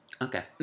Okay